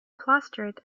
clustered